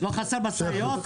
לא חסרות משאיות?